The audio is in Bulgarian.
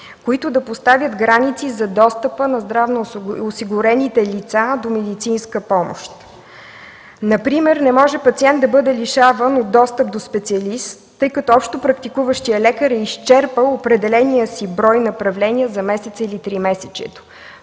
които да поставят граници за достъпа на здравноосигурените лица до медицинска помощ. Например не може пациент да бъде лишаван от достъп до специалист, тъй като общопрактикуващият лекар е изчерпал определения си брой направления за месеца или за тримесечието.